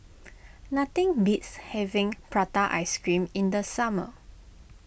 nothing beats having Prata Ice Cream in the summer